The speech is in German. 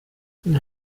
die